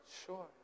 Sure